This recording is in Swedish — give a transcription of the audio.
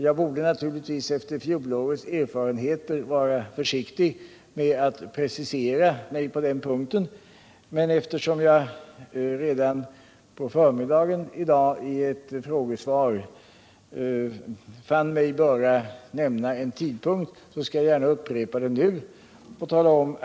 Jag borde naturligtvis efter fjolårets erfarenheter vara försiktig med att precisera mig på den punkten, men eftersom jag redan på förmiddagen i dag i ett frågesvar fann mig böra nämna en tidpunkt skall jag gärna upprepa den nu.